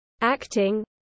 acting